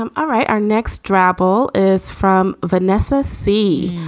um all right, our next drabble is from vanessa c.